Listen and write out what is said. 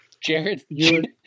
Jared